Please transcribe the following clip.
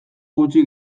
gutxi